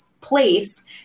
place